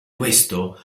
questo